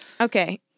Okay